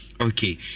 okay